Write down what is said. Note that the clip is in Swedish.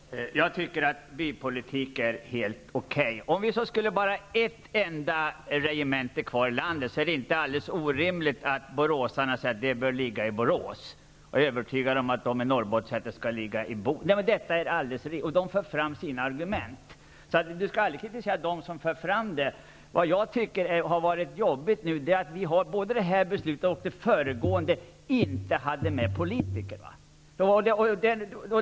Herr talman! Jag tycker att bypolitik är helt okej. Om det så skulle vara bara ett enda regemente kvar i landet, är det inte alldeles orimligt att boråsarna säger att det bör ligga i Borås. Jag är övertygad om att man i Norrbotten skulle säga att det borde ligga i Boden. Det är riktigt att man för fram sina argument för detta. Man skall aldrig kritisera dem som för fram dessa. Vad jag nu har tyckt varit jobbigt är att vi varken i det här eller i det föregående beslutet hade med politikerna.